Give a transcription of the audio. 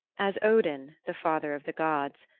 as odin, the father of the gods,